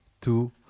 two